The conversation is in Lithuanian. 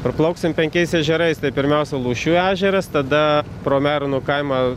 parplauksim penkiais ežerais tai pirmiausia lūšių ežeras tada pro meironų kaimą